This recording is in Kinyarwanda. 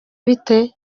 bite